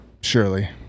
Surely